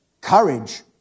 Courage